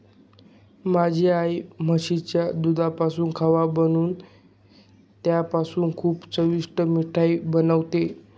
माझी आई म्हशीच्या दुधापासून खवा बनवून त्याच्यापासून खूप चविष्ट मिठाई बनवते